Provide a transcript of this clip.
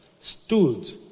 stood